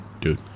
Dude